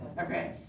Okay